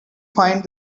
find